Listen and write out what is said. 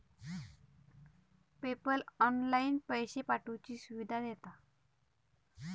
PayPal online पैशे पाठवुची सुविधा देता